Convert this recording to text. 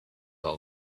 all